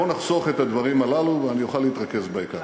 בואו נחסוך את הדברים הללו ואני אוכל להתרכז בעיקר.